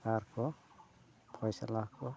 ᱟᱨ ᱠᱚ ᱯᱷᱚᱭᱥᱚᱞᱟ ᱠᱚ